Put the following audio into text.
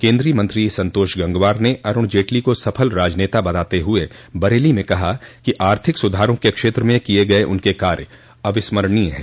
केन्द्रीय मंत्री संतोष गंगवार ने अरूण जेटली को सफल राजनेता बताते हुए बरेली में कहा कि आर्थिक सुधारों के क्षेत्र में किये गये उनके कार्य अविस्मरणीय हैं